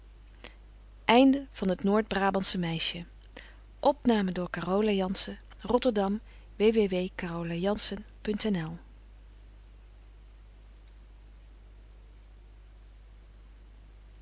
het noordbrabantsche meisje